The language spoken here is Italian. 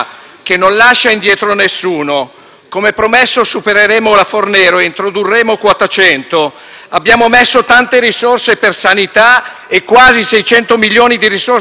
Come promesso, supereremo la legge Fornero e introdurremo quota 100. Abbiamo investito tante risorse nella sanità e quasi 600 milioni di risorse aggiuntive nel sociale.